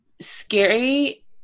scary